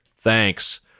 thanks